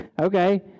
Okay